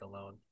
alone